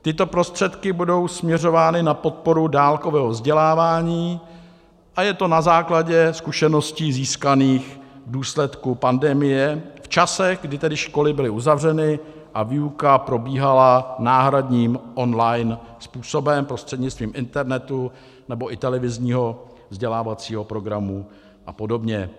Tyto prostředky budou směřovány na podporu dálkového vzdělávání a je to na základě zkušeností získaných v důsledku pandemie v časech, kdy tedy školy byly uzavřeny a výuka probíhala náhradním online způsobem prostřednictvím internetu nebo i televizního vzdělávacího programu a podobně.